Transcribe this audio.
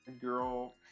girl